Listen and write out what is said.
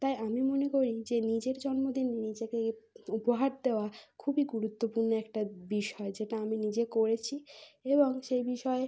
তাই আমি মনে করি যে নিজের জন্মদিনে নিজেকে গিফট উপহার দেওয়া খুবই গুরুত্বপূর্ণ একটা বিষয় যেটা আমি নিজে করেছি এবং সেই বিষয়ে